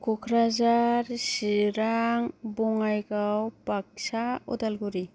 Kokrajhar Chirang Bongaigaon Baksa Udalguri